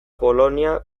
polonia